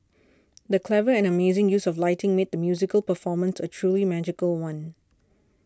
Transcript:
the clever and amazing use of lighting made the musical performance a truly magical one